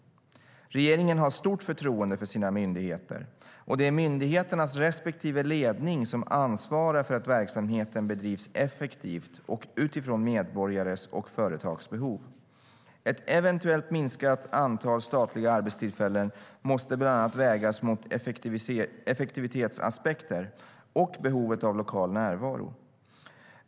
Regeringen har stort förtroende för sina myndigheter, och det är myndigheternas respektive ledning som ansvarar för att verksamheten bedrivs effektivt och utifrån medborgares och företags behov. Ett eventuellt minskat antal statliga arbetstillfällen måste bland annat vägas mot effektivitetsaspekter och behovet av lokal närvaro.